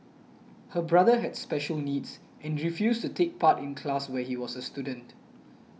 her brother had special needs and refused to take part in class when he was a student